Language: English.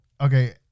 okay